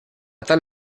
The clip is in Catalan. tal